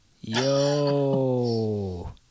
yo